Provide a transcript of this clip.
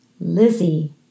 Lizzie